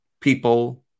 people